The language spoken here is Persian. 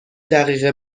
دقیقه